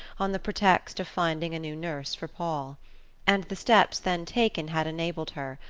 on the pretext of finding a new nurse for paul and the steps then taken had enabled her,